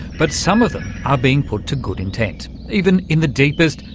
but some of them are being put to good intent, even in the deepest,